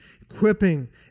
equipping